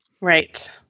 Right